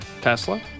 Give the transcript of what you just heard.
Tesla